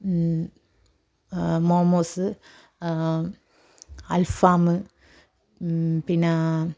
മോമോസ് അൽഫാം പിന്നെ